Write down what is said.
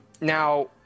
Now